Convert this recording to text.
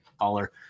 caller